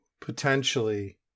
potentially